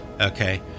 Okay